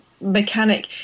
mechanic